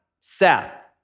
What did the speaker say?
Seth